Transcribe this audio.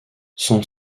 son